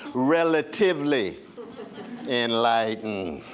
relatively enlightened.